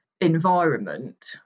environment